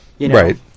Right